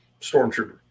Stormtrooper